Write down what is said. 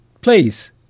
please